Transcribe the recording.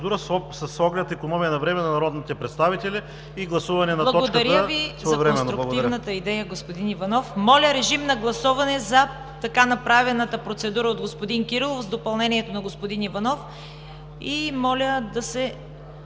Благодаря Ви за конструктивната идея, господин Иванов. Моля, гласувайте така направената процедура от господин Кирилов с допълнението на господин Иванов и ако се